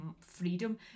freedom